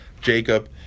Jacob